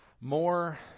more